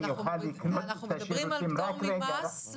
אולי אתם יכולים לומר מילה למה הליקוי העיקרי צריך להיות 40%?